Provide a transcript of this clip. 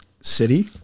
city